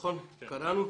קראנו.